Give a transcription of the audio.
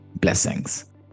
blessings